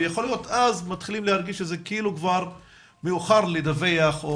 ויכול להיות שאז מתחילים להרגיש שמאוחר לדווח.